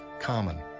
common